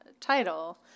title